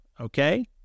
okay